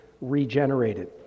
regenerated